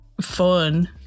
fun